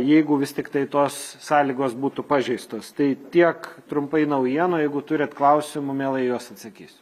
jeigu vis tiktai tos sąlygos būtų pažeistos tai tiek trumpai naujienų jeigu turit klausimų mielai į juos atsakysiu